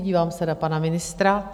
Dívám se na pana ministra .